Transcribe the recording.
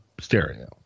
Stereo